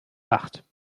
acht